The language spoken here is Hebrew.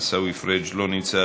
עיסאווי פריג' לא נמצא,